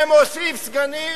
ומוסיף סגנים?